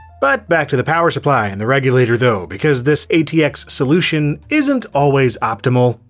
but back to the power supply and the regulator though, because this atx solution isn't always optimal.